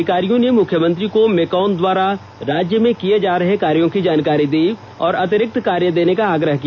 अधिकारियों ने मुख्यमंत्री को मेकॉन द्वारा राज्य में किये जा रहे कार्यों की जानकारी दी और अतिरिक्त कार्य देने कॉ आग्रह किया